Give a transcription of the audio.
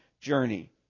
journey